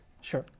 sure